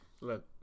Look